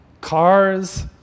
cars